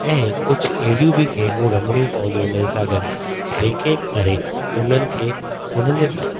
ऐं हे कुझु अहिड़ियूं बि गेमूं रमणियूं पवंदियूं हुननि सां गॾु जंहिंखे करे उन्हनि खे उन्हनि जे